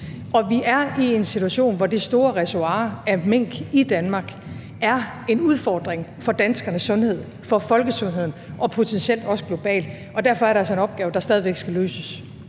Vi er i en situation, hvor det store reservoir af mink i Danmark er en udfordring for danskernes sundhed, for folkesundheden, og potentielt også er det globalt, og derfor er der altså en opgave, der stadig væk skal løses.